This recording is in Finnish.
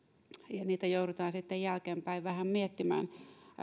ja niitä joudutaan sitten jälkeenpäin vähän miettimään